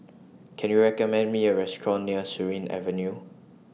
Can YOU recommend Me A Restaurant near Surin Avenue